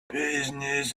business